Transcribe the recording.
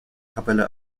kapelle